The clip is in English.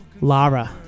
Lara